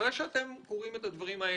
אחרי שאתם קוראים את הדברים האלה,